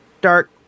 dark